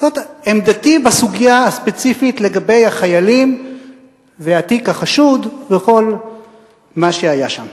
זאת עמדתי בסוגיה הספציפית לגבי החיילים והתיק החשוד וכל מה שהיה שם.